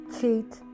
cheat